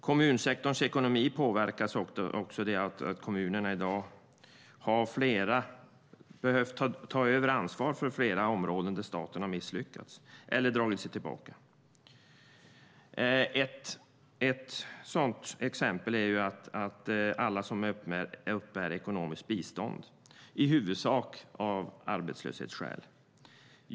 Kommunsektorns ekonomi påverkas också av att kommunerna i dag har behövt ta över ansvaret för flera områden där staten har misslyckats eller dragit sig tillbaka. Ett sådant exempel är att alla som uppbär ekonomiskt bistånd gör detta i huvudsak av arbetslöshetsskäl.